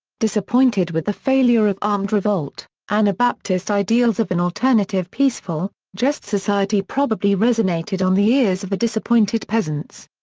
disappointed with the failure of armed revolt, anabaptist ideals of an alternative peaceful, just society probably resonated on the ears of the disappointed peasants.